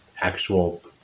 actual